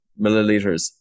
milliliters